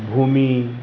भूमी